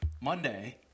Monday